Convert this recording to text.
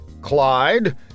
Clyde